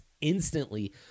instantly